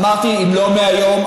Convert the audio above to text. אמרתי: אם לא מהיום,